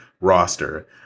roster